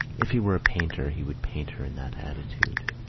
if he were a painter he would paint her in that attitude.